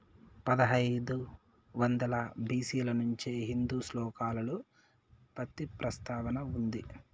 పదహైదు వందల బి.సి ల నుంచే హిందూ శ్లోకాలలో పత్తి ప్రస్తావన ఉంది